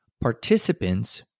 participants